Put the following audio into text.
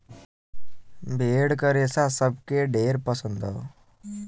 भेड़ क रेसा सबके ढेर पसंद हौ